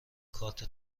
کارت